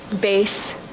base